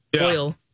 oil